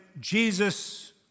Jesus